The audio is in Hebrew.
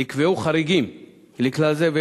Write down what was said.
נקבעו חריגים לכלל זה,